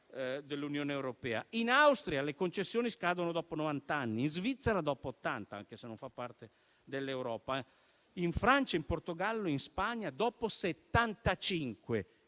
dell'Unione europea. In Austria le concessioni scadono dopo novant'anni; in Svizzera dopo ottanta (anche se non fa parte dell'Europa); in Francia, in Portogallo e in Spagna dopo